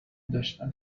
داشتم